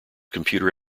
computer